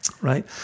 Right